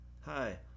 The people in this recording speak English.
Hi